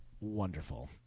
wonderful